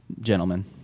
gentlemen